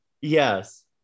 Yes